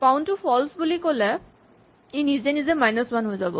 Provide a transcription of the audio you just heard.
found to false বুলি ক'লে ই নিজেই নিজেই মাইনাচ ৱান হৈ যাব